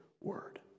word